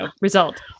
result